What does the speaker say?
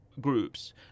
groups